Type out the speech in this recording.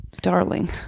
Darling